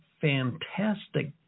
fantastic